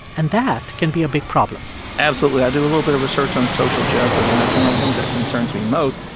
and that can be a big problem absolutely. i do a little bit of research on social justice, and that's one of the things that concerns me most,